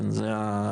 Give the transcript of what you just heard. כן,